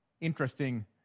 interesting